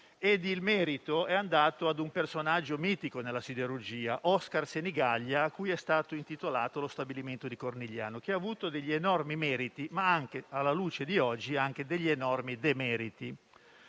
Il merito è andato ad un personaggio mitico nella siderurgia, Oscar Sinigaglia, cui è stato intitolato lo stabilimento di Cornigliano, che ha avuto meriti enormi, ma anche enormi demeriti